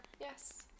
yes